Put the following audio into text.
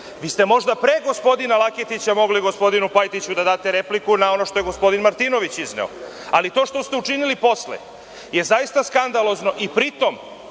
Vi ste možda pre gospodina Laketića mogli gospodinu Pajtiću da date repliku na ono što je gospodin Martinović izneo. Ali, to što ste učinili posle je zaista skandalozno, pritom